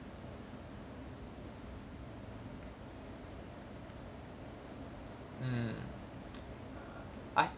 mm I